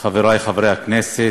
חברי חברי הכנסת,